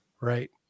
right